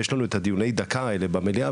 יש לנו את הדיוני דקה האלה במליאה,